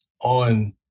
on